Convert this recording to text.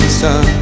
sun